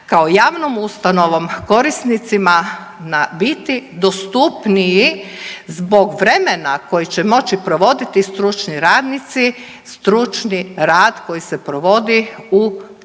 kao javnom ustanovom korisnicima biti dostupniji zbog vremena koji će moći provoditi stručni radnici stručni rad koji se provodi u centrima